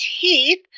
teeth